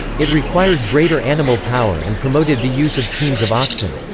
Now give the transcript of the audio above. it required greater animal power and promoted the use of teams of oxen.